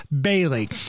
Bailey